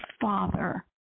father